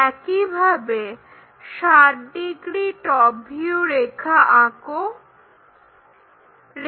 একইভাবে 60 degree top view রেখা আঁকা যাক